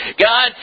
God